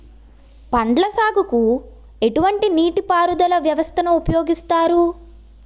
పండ్ల సాగుకు ఎటువంటి నీటి పారుదల వ్యవస్థను ఉపయోగిస్తారు?